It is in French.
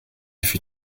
fut